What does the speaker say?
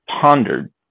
pondered